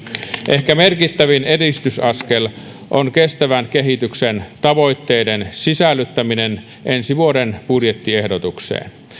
ehkä merkittävin edistysaskel on kestävän kehityksen tavoitteiden sisällyttäminen ensi vuoden budjettiehdotukseen